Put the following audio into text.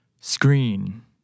Screen